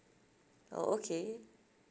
oh okay